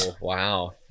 wow